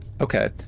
Okay